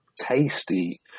tasty